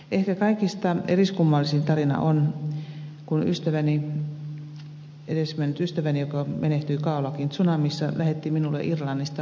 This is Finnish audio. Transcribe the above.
ehkä kaikista eriskummallisin tarina on se kun edesmennyt ystäväni joka menehtyi khao lakin tsunamissa lähetti minulle irlannista joulukortin